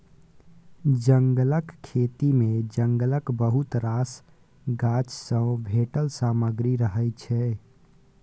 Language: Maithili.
जंगलक खेती मे जंगलक बहुत रास गाछ सँ भेटल सामग्री रहय छै